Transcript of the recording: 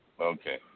Okay